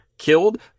killed